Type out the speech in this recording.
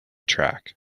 track